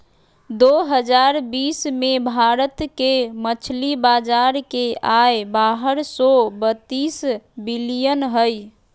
दो हजार बीस में भारत के मछली बाजार के आय बारह सो बतीस बिलियन हइ